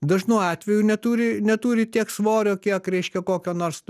dažnu atveju neturi neturi tiek svorio kiek reiškia kokio nors